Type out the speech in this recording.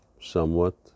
somewhat